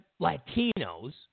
Latinos